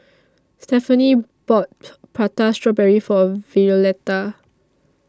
Stefani bought Prata Strawberry For Violeta